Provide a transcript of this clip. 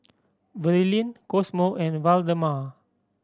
Verlyn Cosmo and Waldemar